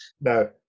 No